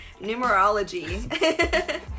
Numerology